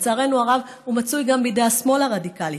לצערנו הרב, הוא מצוי גם בשמאל הרדיקלי.